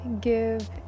give